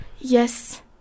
Yes